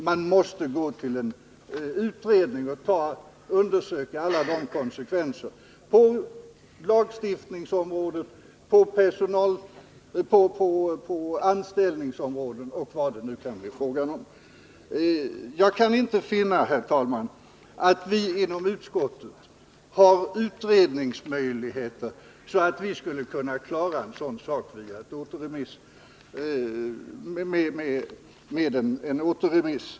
Man måste gå till utredning och undersöka alla konsekvenser på lagstiftningsområdet, på anställningsområdet och vad det nu kan bli fråga om. Jag kan inte finna, herr talman, att vi inom utskottet har sådana utredningsresurser att vi skulle kunna klara en sådan sak vid en återremiss.